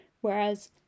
Whereas